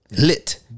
lit